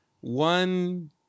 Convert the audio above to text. one